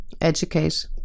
Educate